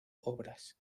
obras